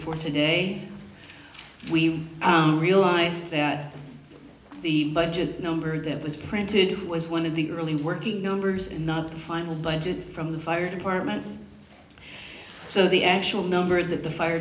for today we realize that the budget number that was printed was one of the early working numbers in the final budget from the fire department so the actual number that the fire